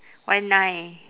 why nine